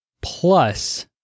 plus